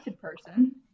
person